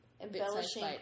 embellishing